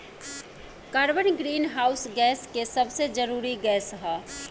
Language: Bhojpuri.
कार्बन ग्रीनहाउस गैस के सबसे जरूरी गैस ह